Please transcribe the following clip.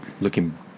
looking